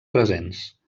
presents